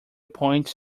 points